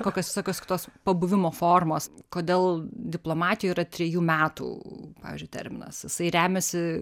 kokios visokios kitos pabuvimo formos kodėl diplomatijoj yra trejų metų pavyzdžiui terminas jisai remiasi